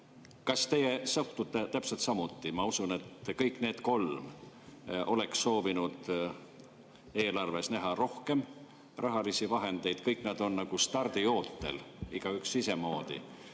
Kas teie suhtute täpselt samuti? Ma usun, et kõik need kolm oleks soovinud eelarves näha rohkem rahalisi vahendeid. Kõik nad on nagu stardiootel, igaüks isemoodi.